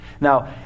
Now